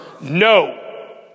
No